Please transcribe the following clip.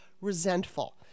resentful